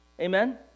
Amen